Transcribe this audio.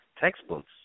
textbooks